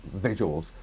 visuals